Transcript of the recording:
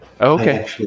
Okay